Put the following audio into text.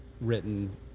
written